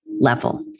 level